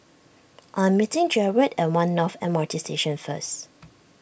I am meeting Jared at one North M R T Station first